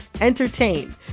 entertain